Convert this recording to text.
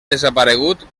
desaparegut